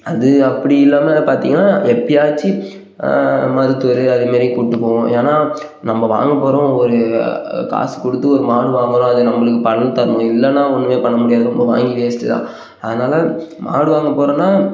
அது அப்படி இல்லாமல் பார்த்திங்கன்னா எப்போயாச்சும் மருத்துவர் அது மாரி கூப்பிட்டு போவோம் ஏன்னா நம்ம வாங்க போகிறோம் ஒரு காசு கொடுத்து ஒரு மாடு வாங்குகிறோம் அது நம்மளுக்கு பலன் தரணும் இல்லைன்னா ஒன்றுமே பண்ண முடியாது நம்ம வாங்கி வேஸ்ட்டு தான் அதனால் மாடு வாங்க போகிறோன்னா